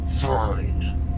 Fine